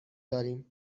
داریم